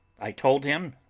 i told him,